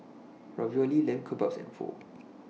Ravioli Lamb Kebabs and Pho